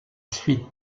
suite